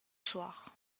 soir